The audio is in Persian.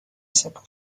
سپرد